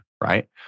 right